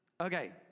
Okay